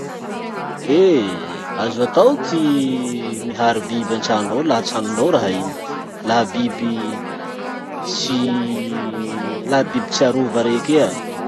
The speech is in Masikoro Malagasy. Eh! azo atao ty mihary biby antrano ao laha tranonao raha iny, laha biby tsy laha biby tsy arova rey kea.